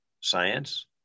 science